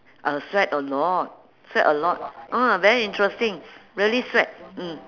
I sweat a lot sweat a lot ah very interesting really sweat mm